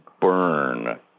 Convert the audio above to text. burn